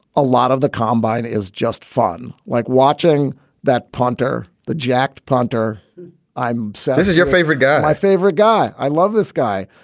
a lot of the combine is just fun, like watching that punter. the jacked punter i'm says is your favorite guy my favorite guy. i love this guy,